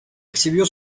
exhibió